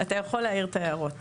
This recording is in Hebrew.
אתה יכול להעיר את ההערות.